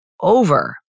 over